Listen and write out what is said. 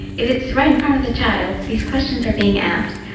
if it's right in front of the child, these questions are being asked,